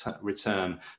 return